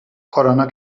کرونا